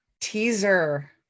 teaser